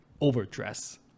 overdress